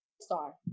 Star